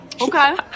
Okay